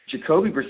Jacoby